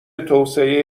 توسعه